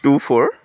two four